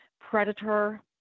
Predator